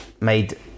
made